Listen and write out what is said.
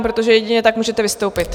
Protože jedině tak můžete vystoupit.